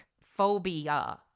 phobia